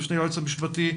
המשנה ליועץ המשפטי,